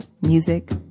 music